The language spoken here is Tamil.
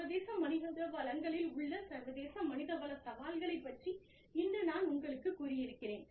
சர்வதேச மனித வளங்களில் உள்ள சர்வதேச மனித வள சவால்களை பற்றி இன்று நான் உங்களுக்குக் கூறியிருக்கிறேன்